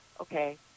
okay